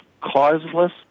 causeless